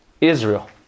Israel